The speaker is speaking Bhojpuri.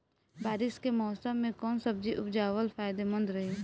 बारिश के मौषम मे कौन सब्जी उपजावल फायदेमंद रही?